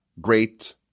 great